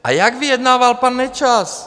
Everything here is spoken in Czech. A jak vyjednával pan Nečas?